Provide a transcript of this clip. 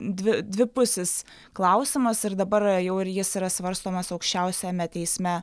dvi dvipusis klausimas ir dabar jau ir jis yra svarstomas aukščiausiajame teisme